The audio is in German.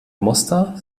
muster